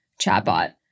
chatbot